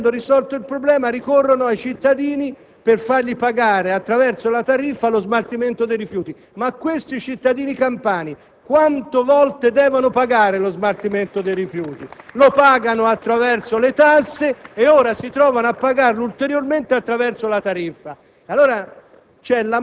e, non essendosi risolto il problema, si ricorre nuovamente ai cittadini per far pagare loro, attraverso la tariffa, lo smaltimento dei rifiuti. Ma questi cittadini campani quante volte devono pagarne lo smaltimento? *(Applausi dal Gruppo* *AN)*. Lo pagano attraverso le tasse e ora si trovano a pagarlo ulteriormente attraverso la tariffa.